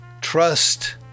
trust